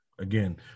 again